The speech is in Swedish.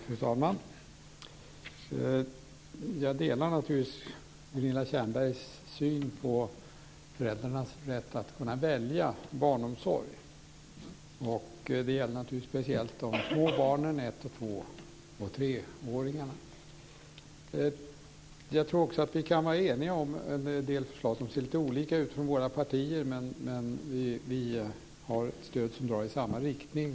Fru talman! Jag delar naturligtvis Gunilla Tjernbergs syn på föräldrarnas rätt att välja barnomsorg. Det gäller speciellt de små barnen ett-, två och treåringarna. Jag tror också att vi kan vara eniga om en del förslag som ser litet olika ut från våra partier. Vi har stöd som drar i samma riktning.